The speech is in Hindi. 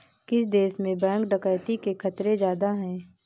किस देश में बैंक डकैती के खतरे ज्यादा हैं?